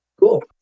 Cool